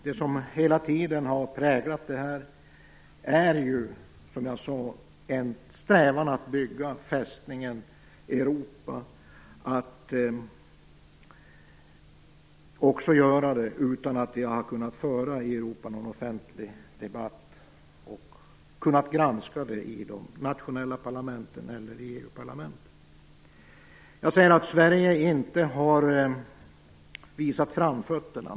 Det som hela tiden har präglat detta är ju, som jag sade, en strävan att bygga fästningen Europa, och att också göra det utan att vi i Europa har kunnat föra en offentlig debatt och granska det i de nationella parlamenten eller i EU-parlamentet. Sverige har inte visat framfötterna.